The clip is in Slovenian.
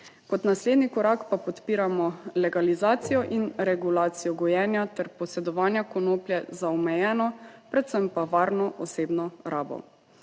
Kot naslednji korak pa podpiramo legalizacijo in regulacijo gojenja ter posedovanja konoplje za omejeno, predvsem pa varno osebno rabo.